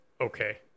Okay